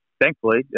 thankfully